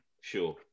Sure